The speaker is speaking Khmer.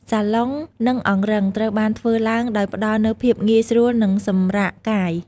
សាឡុង និងអង្រឹង ត្រូវបានធ្វើឡើងដោយផ្តល់នូវភាពងាយស្រួល និងសម្រាកកាយ។